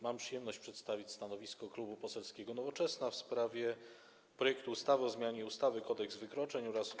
Mam przyjemność przedstawić stanowisko Klubu Poselskiego Nowoczesna w sprawie projektu ustawy o zmianie ustawy Kodeks wykroczeń oraz